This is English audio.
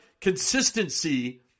consistency